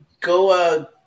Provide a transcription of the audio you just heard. go